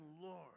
Lord